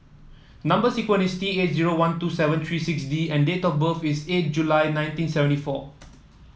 number sequence is T eight zero one two seven three six D and date of birth is eight July nineteen seventy four